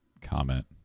comment